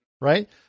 right